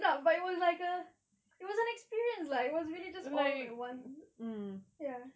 sedap but it was like a it was an experience lah it was really just all at once ya